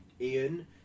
Ian